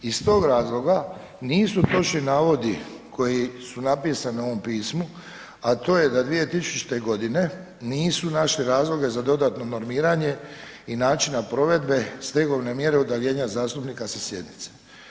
Iz tog razloga nisu točni navodi koji su napisani u ovom pismu, a to je da 2000. nisu našli razloge za dodatno normiranje i načina provedbe stegovne mjere udaljenja zastupnika sa sjednice.